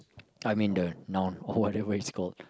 I mean the noun or whatever it's called